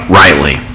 rightly